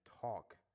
talk